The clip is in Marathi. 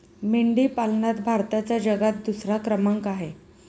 मेंढी पालनात भारताचा जगात दुसरा क्रमांक आहे